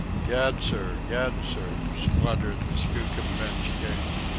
gad, sir! gad, sir! spluttered the skookum bench king.